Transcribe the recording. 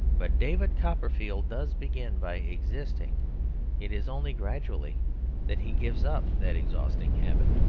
but david copperfield does begin by existing it is only gradually that he gives up that exhausting habit.